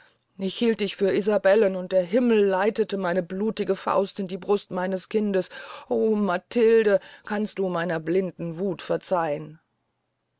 ich hielt dich für isabellen und der himmel leitete meine blutige faust in die brust meines kindes o matilde kannst du meiner blinden wuth verzeihn